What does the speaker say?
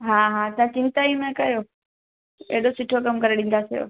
हा हा तव्हां चिंता ई न कयो अहिड़ो सुठो कमु करे ॾींदासीं